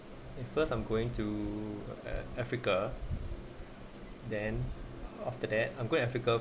at first I'm going to africa then after that I'm gonna africa